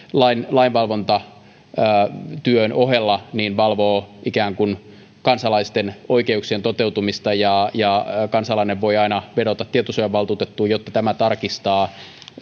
lainvalvontatyön ohella valvoo ikään kuin kansalaisten oikeuksien toteutumista ja ja kansalainen voi aina vedota tietosuojavaltuutettuun jotta tämä tarkistaa